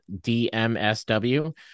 DMSW